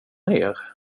ner